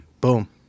Boom